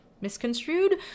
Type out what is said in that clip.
misconstrued